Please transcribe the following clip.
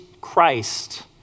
Christ